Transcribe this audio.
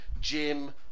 Jim